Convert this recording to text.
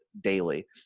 daily